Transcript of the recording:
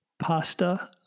Pasta